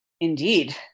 Indeed